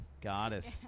goddess